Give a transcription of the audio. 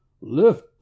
Lift